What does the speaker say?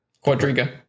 Quadriga